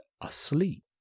asleep